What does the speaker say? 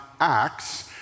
Acts